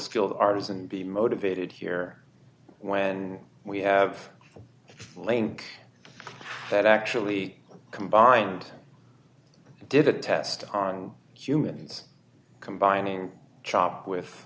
skilled artisan be motivated here when we have a link that actually combined did a test on humans combining chopped with